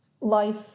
life